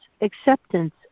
acceptance